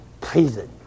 prison